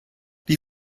die